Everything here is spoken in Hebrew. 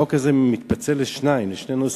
החוק הזה מתפצל לשניים, לשני נושאים.